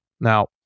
Now